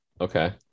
Okay